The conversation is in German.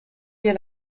wir